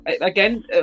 again